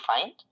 find